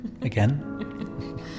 again